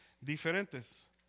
diferentes